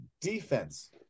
defense